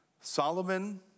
Solomon